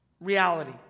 reality